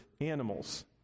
animals